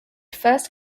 first